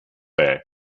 bay